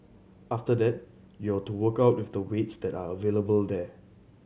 after that you're to work out with the weights that are available there